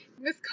Miss